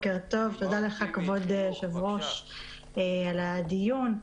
תודה לך כבוד היושב ראש על הדיון.